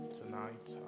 tonight